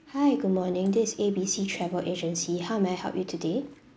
hi good morning this is A B C travel agency how may I help you today